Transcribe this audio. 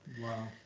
Wow